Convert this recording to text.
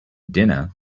dinner